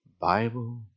Bible